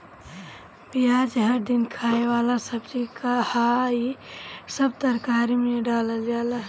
पियाज हर दिन खाए वाला सब्जी हअ, इ सब तरकारी में डालल जाला